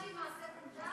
הצתה היא מעשה קונדס?